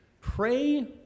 pray